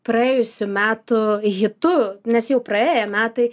praėjusių metų hitu nes jau praėję metai